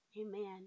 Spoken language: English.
Amen